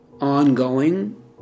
ongoing